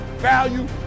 value